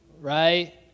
right